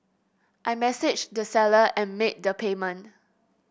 I messaged the seller and made the payment